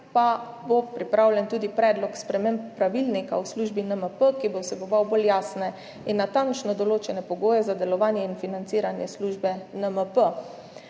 pa bo pripravljen tudi predlog sprememb pravilnika o službi NMP, ki bo vseboval bolj jasne in natančno določene pogoje za delovanje in financiranje službe NMP.